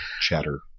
chatter